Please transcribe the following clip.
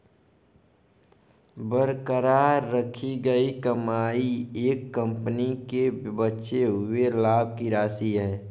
बरकरार रखी गई कमाई एक कंपनी के बचे हुए लाभ की राशि है